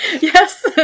Yes